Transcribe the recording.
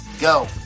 Go